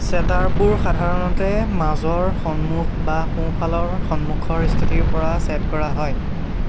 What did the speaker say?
ছেটাৰবোৰ সাধাৰণতে মাজৰ সন্মুখ বা সোঁফালৰ সন্মুখৰ স্থিতিৰ পৰা ছেট কৰা হয়